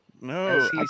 No